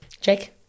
Jake